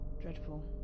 dreadful